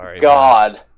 God